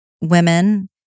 women